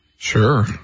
Sure